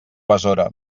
besora